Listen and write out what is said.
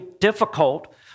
difficult